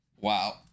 Wow